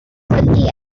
کلی